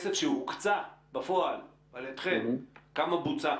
שהוקצה בפועל על ידכם, כמה בוצע?